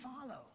follow